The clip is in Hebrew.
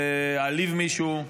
להעליב מישהו.